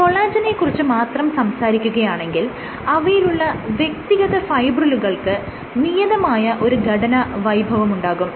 കൊളാജെനെക്കുറിച്ച് മാത്രം സംസാരിക്കുകയാണെങ്കിൽ അവയിലുള്ള വ്യക്തിഗത ഫൈബ്രിലുകൾക്ക് നിയതമായ ഒരു ഘടനാ വൈഭവമുണ്ടാകും